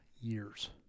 years